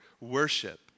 worship